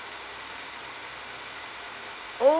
oh